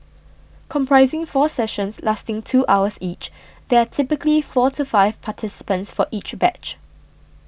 comprising four sessions lasting two hours each there are typically four to five participants for each batch